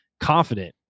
confident